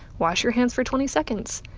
wash your hands for twenty seconds.